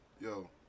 yo